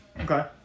Okay